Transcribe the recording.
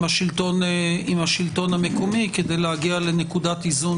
השלטון המקומי כדי להגיע לנקודת איזון,